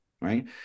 right